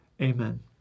Amen